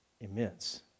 immense